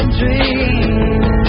dream